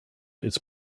its